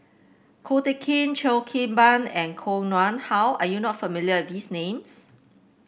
Ko Teck Kin Cheo Kim Ban and Koh Nguang How are you not familiar with these names